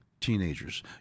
Teenagers